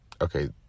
Okay